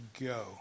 go